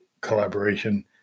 collaboration